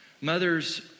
Mothers